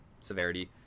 severity